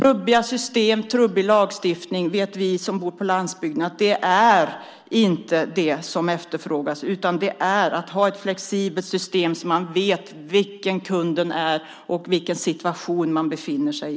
Vi som bor på landsbygden vet att trubbiga system, trubbig lagstiftning, inte är det som efterfrågas, utan det är ett flexibelt system så att man vet vilka kunderna är och vilken situation de befinner sig i.